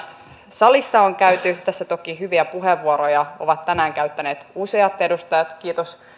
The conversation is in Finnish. salissa on käyty tässä toki hyviä puheenvuoroja ovat tänään käyttäneet useat edustajat kiitos